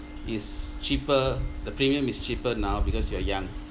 is cheaper the premium is cheaper now because you are young